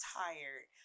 tired